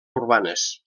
urbanes